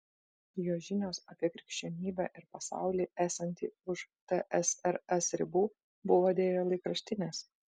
jo žinios apie krikščionybę ir pasaulį esantį už tsrs ribų buvo deja laikraštinės